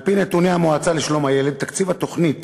על-פי נתוני המועצה לשלום הילד, תקציב התוכנית